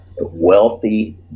wealthy